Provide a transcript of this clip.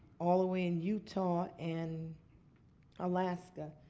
all the way in utah and alaska.